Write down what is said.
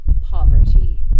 poverty